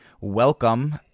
Welcome